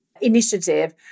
initiative